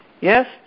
yes